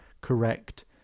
correct